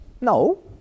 No